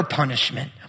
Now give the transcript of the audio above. punishment